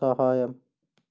സഹായം